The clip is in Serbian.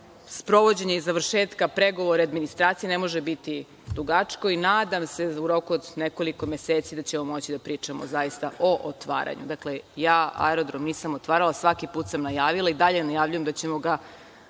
sprovođenja i završetka pregovora administracije, ne može biti dugačko i nadam se da u roku od nekoliko meseci da ćemo moći da pričamo zaista o otvaranju. Dakle, ja aerodrom nisam otvarala svaki put sam najavila i dalje najavljujem da ćemo ga